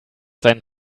seinen